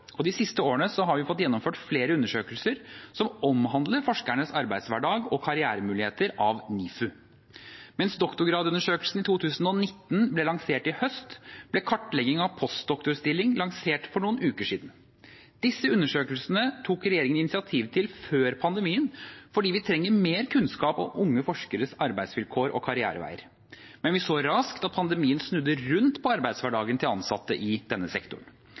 og de siste årene har vi fått gjennomført flere undersøkelser som omhandler forskernes arbeidshverdag og karrieremuligheter av NIFU. Mens Doktorgradsundersøkelsen 2019 ble lansert i høst, ble Kartlegging av postdoktorstillingen lansert for noen uker siden. Disse undersøkelsene tok regjeringen initiativ til før pandemien, fordi vi trenger mer kunnskap om unge forskeres arbeidsvilkår og karriereveier, men vi så raskt at pandemien snudde rundt på arbeidshverdagen til ansatte i denne sektoren.